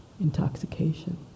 intoxication